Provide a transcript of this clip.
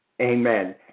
Amen